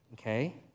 okay